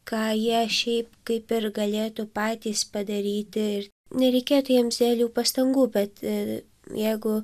ką jie šiaip kaip ir galėtų patys padaryti ir nereikėtų jiems realių pastangų bet jeigu